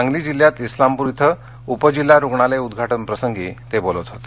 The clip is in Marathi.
सांगली जिल्ह्यात स्लामपूर येथे उपजिल्हा रुग्णालय उद्घाटन प्रसंगी ते बोलत होते